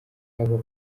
haba